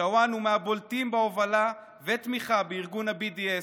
שעואן הוא מהבולטים בהובלה ובתמיכה בארגון ה-BDS,